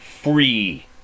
free